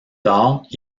tard